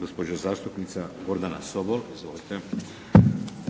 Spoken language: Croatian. Gospođa zastupnica Gordana Sobol. Izvolite.